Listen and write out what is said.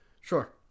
sure